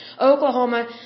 Oklahoma